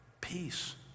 peace